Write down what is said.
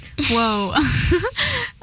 Whoa